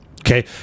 okay